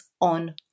on